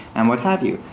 and what have you.